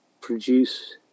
produce